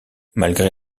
malgré